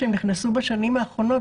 כשהם נכנסו בשנים האחרונות,